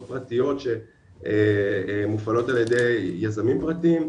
פרטיות שמופעלות על ידי יזמים פרטיים,